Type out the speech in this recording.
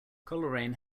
coleraine